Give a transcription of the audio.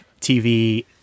TV